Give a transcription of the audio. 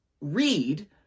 read